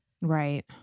Right